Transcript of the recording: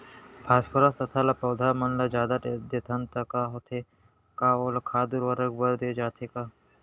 Phosphorus तथा ल पौधा मन ल जादा देथन त का होथे हे, का ओला खाद उर्वरक बर दे जाथे का?